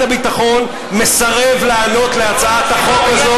הביטחון מסרב לענות על הצעת החוק הזאת,